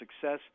success